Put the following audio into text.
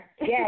Yes